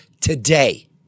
today